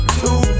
two